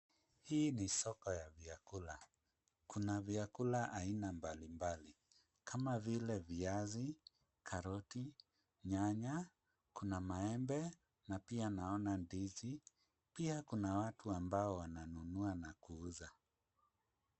Hii ni soko ya vyakula. Kuna vyakula aina mbalimbali kama vile; viazi, karoti, nyanya, kuna maembe na pia naona ndizi. Pia kuna watu ambao wananunua na kuuza.